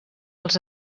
els